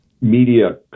media